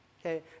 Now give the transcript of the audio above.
Okay